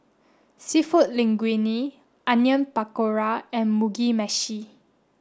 Seafood Linguine Onion Pakora and Mugi Meshi